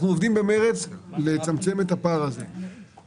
אנחנו עובדים במרץ לצמצם את הפער הזה.